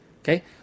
Okay